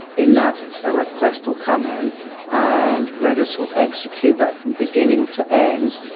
in that a request will come in and redis will execute that from beginning to end,